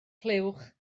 clywch